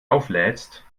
auflädst